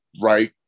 right